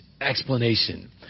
explanation